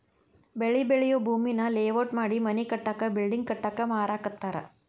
ಬೆಳಿ ಬೆಳಿಯೂ ಭೂಮಿಯನ್ನ ಲೇಔಟ್ ಮಾಡಿ ಮನಿ ಕಟ್ಟಾಕ ಬಿಲ್ಡಿಂಗ್ ಕಟ್ಟಾಕ ಮಾರಾಕತ್ತಾರ